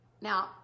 Now